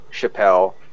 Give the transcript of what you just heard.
Chappelle